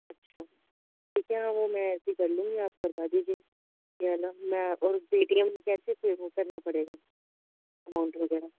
اچھا ٹھیک ہے میں وہ میں ایسے ہی کر لوں گی آپ کروا دیجیے یہ والا میں اور پے ٹی ایم کیسے پے وہ کرنا پڑے گا اماؤنٹ وغیرہ